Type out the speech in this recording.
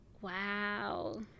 Wow